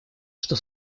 что